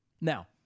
Now